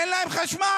אין להם חשמל,